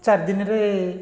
ଚାରିଦିନରେ